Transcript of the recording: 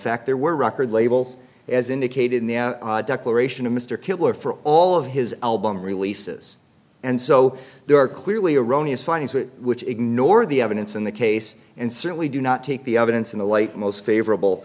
fact there were record labels as indicated in the declaration of mr killer for all of his album releases and so there are clearly erroneous findings which ignore the evidence in the case and certainly do not take the evidence in the light most favorable